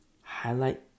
highlight